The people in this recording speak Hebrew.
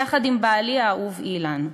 יחד עם בעלי האהוב אילן,